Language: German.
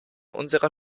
unserer